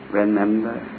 remember